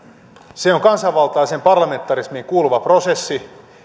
se on kansanvaltaiseen parlamentarismiin kuuluva prosessi